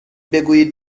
بگویید